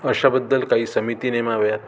अशाबद्दल काही समिती नेमाव्यात